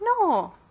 No